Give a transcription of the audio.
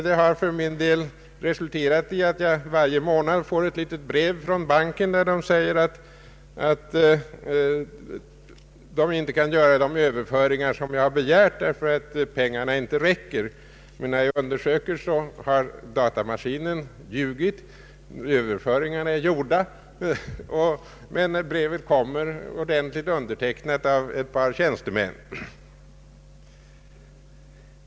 Det har för min del resulterat i att jag varje månad får ett litet brev från banken, där det står att banken inte kan göra de överföringar jag har begärt därför att pengarna inte räcker. Men när jag undersöker det hela har datamaskinen ljugit och överföringarna är gjorda, men brevet kommer ordentligt undertecknat av ett par tjänstemän.